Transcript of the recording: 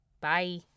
Bye